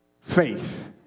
faith